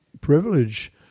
privilege